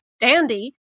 Dandy